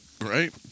right